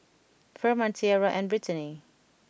Furman Tiarra and Britany